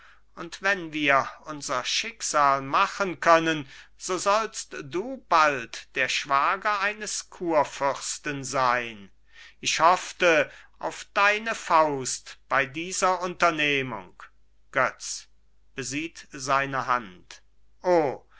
und wenn wir unser schicksal machen können so sollst du bald der schwager eines kurfürsten sein ich hoffte auf deine faust bei dieser unternehmung götz